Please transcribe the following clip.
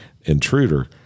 Intruder